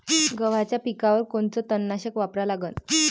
गव्हाच्या पिकावर कोनचं तननाशक वापरा लागन?